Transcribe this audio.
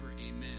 Amen